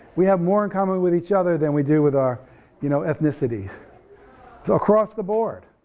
we have more in common with each other than we do with our you know ethnicities so across the board,